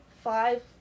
five